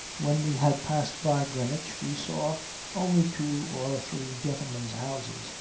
when we had passed by greenwich we saw only two or three gentlemen's houses,